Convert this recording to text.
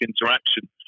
interaction